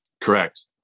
Correct